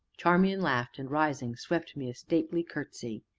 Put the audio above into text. charmian laughed, and, rising, swept me a stately curtesy.